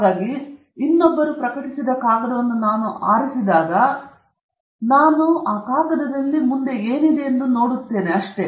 ಹಾಗಾಗಿ ಇನ್ನೊಬ್ಬರು ಪ್ರಕಟಿಸಿದ ಕಾಗದವನ್ನು ನಾನು ಆರಿಸಿದಾಗ ನಾನು ಆ ಕಾಗದದಲ್ಲಿ ಮುಂದೆ ನೋಡುತ್ತಿರುವಷ್ಟೆ